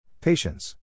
Patience